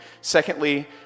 Secondly